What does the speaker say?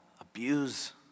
abuse